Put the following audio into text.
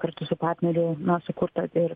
kartu su partneriu na sukurtą ir